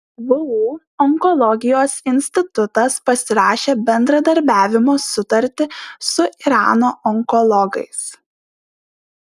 vu onkologijos institutas pasirašė bendradarbiavimo sutartį su irano onkologais